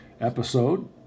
episode